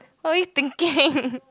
what were you thinking